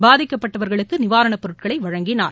பாதிக்கப்பட்டவர்களுக்கு நிவாரணப் பொருட்களை வழங்கினார்